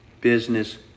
business